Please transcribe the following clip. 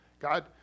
God